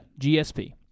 GSP